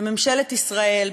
בממשלת ישראל,